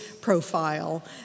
profile